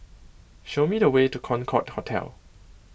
show me the way to Concorde Hotel